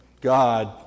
God